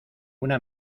una